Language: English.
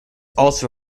also